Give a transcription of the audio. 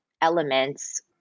elements